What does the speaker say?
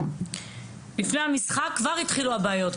לפני המשחק כבר החלו הבעיות.